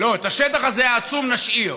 לא, את השטח הזה, העצום, נשאיר,